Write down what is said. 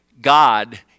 God